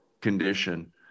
condition